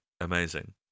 Amazing